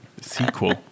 Sequel